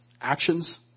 actions